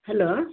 hello